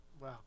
Wow